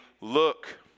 Look